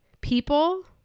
people